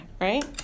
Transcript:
right